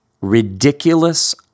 Ridiculous